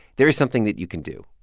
there is something that you can do.